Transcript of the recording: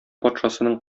патшасының